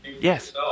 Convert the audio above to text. Yes